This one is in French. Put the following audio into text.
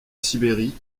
sibérie